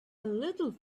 little